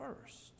first